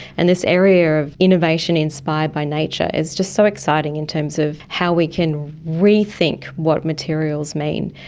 and this area of innovation inspired by nature is just so exciting in terms of how we can rethink what materials mean.